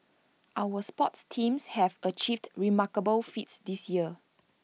our sports teams have achieved remarkable feats this year